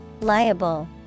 liable